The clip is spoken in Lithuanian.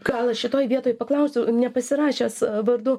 gal šitoj vietoj paklausiu nepasirašęs vardu